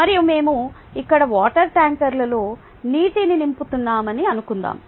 మరియు మేము ఇక్కడ వాటర్ ట్యాంకర్లో నీటిని నింపుతున్నామని అనుకుందాం